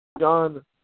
John